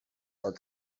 are